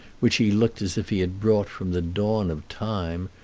which he looked as if he had brought from the dawn of time,